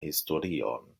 historion